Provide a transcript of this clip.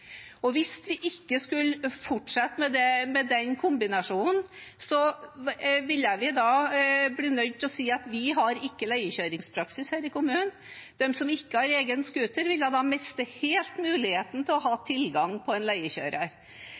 Hvis vi ikke skulle fortsette med den kombinasjonen, ville vi bli nødt til å si at vi ikke har leiekjøringspraksis i kommunen. De som ikke har egen scooter, ville da helt miste mulighet til tilgang til en leiekjører.